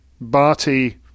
Barty